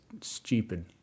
stupid